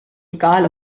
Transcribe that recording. egal